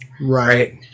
Right